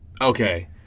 Okay